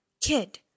Kid